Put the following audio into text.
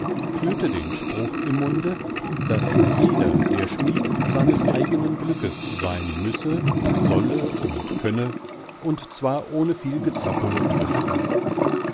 führte den spruch im munde daß jeder der schmied seines eigenen glückes sein müsse solle und könne und zwar ohne viel gezappel und geschrei